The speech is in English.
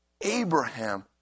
Abraham